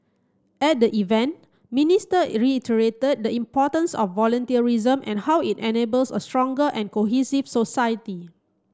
at the event Minister reiterated the importance of volunteerism and how it enables a stronger and cohesive society